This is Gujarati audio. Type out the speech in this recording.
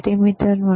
મલ્ટિમીટર બરાબર